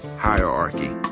Hierarchy